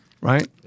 Right